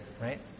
right